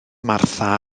martha